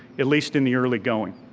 at least in the early going.